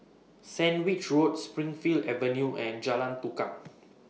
Sandwich Road Springleaf Avenue and Jalan Tukang